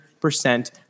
percent